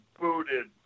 booted